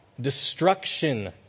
destruction